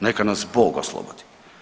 Neka nas Bog oslobodi.